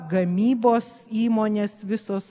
gamybos įmonės visos